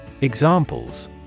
Examples